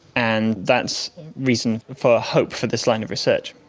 and that's reason for hope for this line of research.